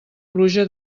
pluja